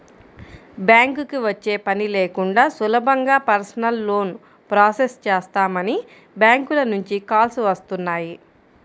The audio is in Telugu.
బ్యాంకుకి వచ్చే పని లేకుండా సులభంగా పర్సనల్ లోన్ ప్రాసెస్ చేస్తామని బ్యాంకుల నుంచి కాల్స్ వస్తున్నాయి